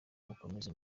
mukomeze